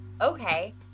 okay